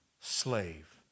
slave